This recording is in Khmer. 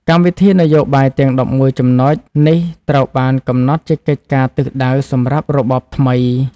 កម្មវិធីនយោបាយទាំង ១១ ចំណុចនេះត្រូវបានកំណត់ជាកិច្ចការទិសដៅសម្រាប់របបថ្មី ។